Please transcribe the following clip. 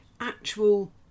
actual